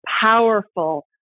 powerful